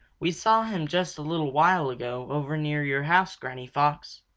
we saw him just a little while ago over near your house, granny fox.